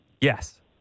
Yes